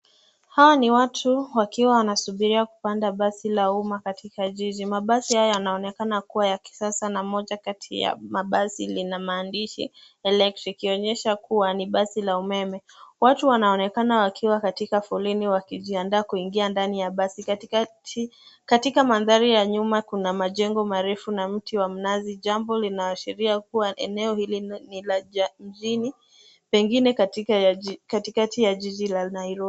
Hawa ni watu wakiwa wanasubiria kupanda basi la umma katika jiji. Mabasi haya yanaonekana kuwa ya kisasa na moja kati ya mabasi lina maandishi Electric ikionyesha kuwa ni basi la umeme. Watu wanaonekana wakiwa katika foleni wakijiandaa kuingia ndani ya basi. Katika mandhari ya nyuma kuna majengo marefu na mti wa mnazi jambo linaashiria kuwa eneo hili ni la mjini pengine katikati ya jiji la Nairobi.